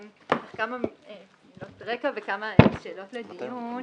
כמה מילות רקע וכמה שאלות לדיון.